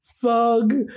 Thug